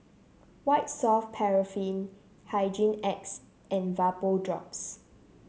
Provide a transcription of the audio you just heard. White Soft Paraffin Hygin X and Vapodrops